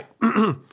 right